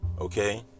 Okay